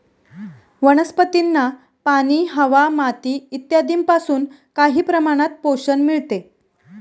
वनस्पतींना पाणी, हवा, माती इत्यादींपासून काही प्रमाणात पोषण मिळते